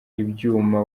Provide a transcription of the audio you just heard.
ibyuma